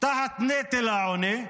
תחת נטל העוני,